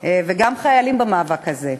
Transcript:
וגם חיילים במאבק הזה.